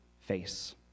face